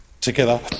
together